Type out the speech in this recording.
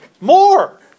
More